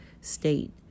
state